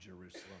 Jerusalem